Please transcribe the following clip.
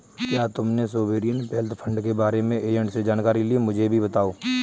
क्या तुमने sovereign wealth fund के बारे में एजेंट से जानकारी ली, मुझे भी बताओ